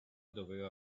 doveva